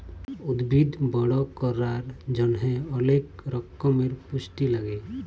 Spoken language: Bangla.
উদ্ভিদ বড় ক্যরার জন্হে অলেক রক্যমের পুষ্টি লাগে